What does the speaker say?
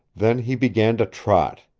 then he began to trot.